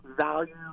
value